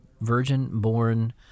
virgin-born